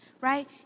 right